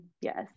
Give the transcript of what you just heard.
Yes